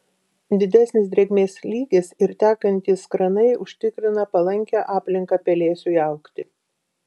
didesnis drėgmės lygis ir tekantys kranai užtikrina palankią aplinką pelėsiui augti